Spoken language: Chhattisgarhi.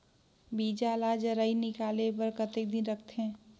बीजा ला जराई निकाले बार कतेक दिन रखथे?